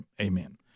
amen